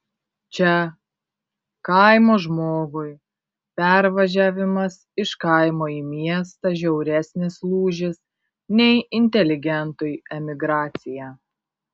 čia kaimo žmogui pervažiavimas iš kaimo į miestą žiauresnis lūžis nei inteligentui emigracija